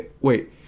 Wait